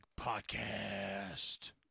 Podcast